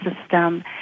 system